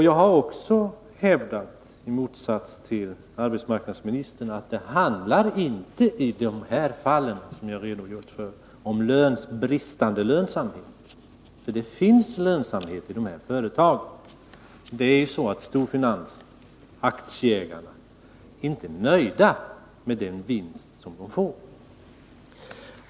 Jag har också, i motsats till arbetsmarknadsministern, hävdat att det i dessa fall inte handlar om bristande lönsamhet, för det finns lönsamhet i dessa företag. Men storfinansen och aktieägarna är inte nöjda med den vinst de får.